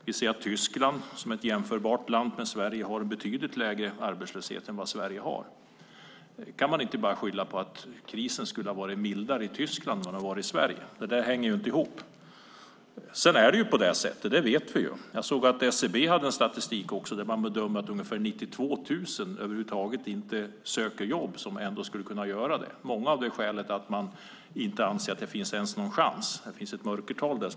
Vi ser att Tyskland, som är ett med Sverige jämförbart land, har betydligt lägre arbetslöshet än Sverige. Det kan man inte bara skylla på att krisen skulle ha varit mildare i Tyskland än i Sverige. Det hänger inte ihop. Jag såg att SCB har en statistik där man bedömer att ungefär 92 000 över huvud taget inte söker jobb men som ändå skulle kunna göra det, många av det skälet att de inte anser att det ens finns någon chans. Det finns ett mörkertal där.